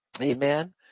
amen